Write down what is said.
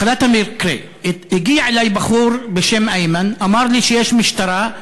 התחלת המקרה: הגיע אלי בחור בשם איימן ואמר לי שיש משטרה,